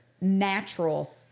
natural